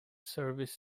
service